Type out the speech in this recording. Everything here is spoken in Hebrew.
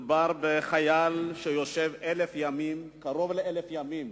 מדובר בחייל שיושב קרוב ל-1,000 ימים